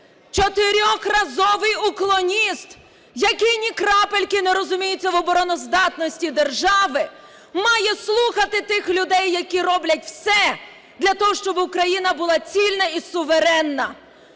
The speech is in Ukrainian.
Чотирьохразовий уклоніст, який ні крапельки не розуміється в обороноздатності держави, має слухати тих людей, які роблять все для того, щоб Україна була цільна і суверенна!